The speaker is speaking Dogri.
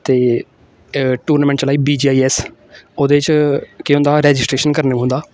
ते टूर्नामेंट चलाई बीजीआईएस ओह्दे च केह् होंदा रजिस्ट्रेशन कराने पौंदा